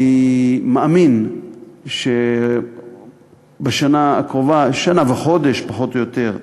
אני מאמין שבשנה הקרובה, שנה וחודש, פחות או יותר,